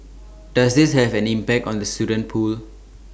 does this have an impact on the student pool